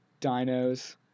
dinos